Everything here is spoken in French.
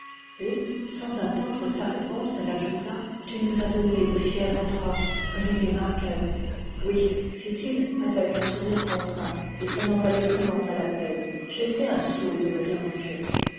et sans attendre sa réponse elle ajouta tu nous as donné de fières transes olivier marker oui fit-il avec un sourire contraint et ça n'en valait vraiment pas la peine j'ai été un sot de me déranger